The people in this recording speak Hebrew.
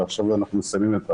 אנחנו מסיימים גם